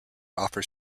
offers